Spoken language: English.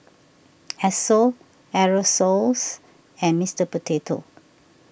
Esso Aerosoles and Mister Potato